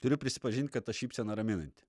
turiu prisipažint kad ta šypsena raminanti